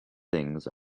things